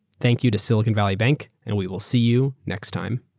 thank you to silicon valley bank and we will see you next time.